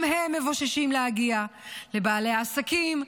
גם הם מבוששים להגיע לבעלי העסקים,